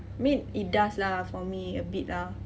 I mean it does lah for me a bit lah